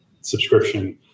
subscription